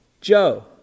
Joe